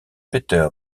peter